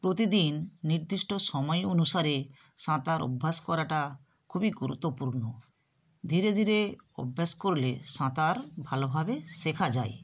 প্রতিদিন নির্দিষ্ট সময় অনুসারে সাঁতার অভ্যাস করাটা খুবই গুরুত্বপূর্ণ ধীরে ধীরে অভ্যাস করলে সাঁতার ভালোভাবে শেখা যায়